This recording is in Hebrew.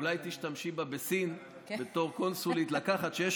אולי תשתמשי בה בסין בתור קונסולית: כשיש